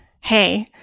Hey